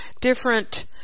different